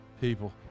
people